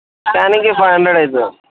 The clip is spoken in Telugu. స్క్యానింగ్కి ఫైవ్ హండ్రెడ్ అవుతుంది